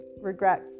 regret